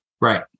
Right